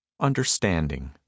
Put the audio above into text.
understanding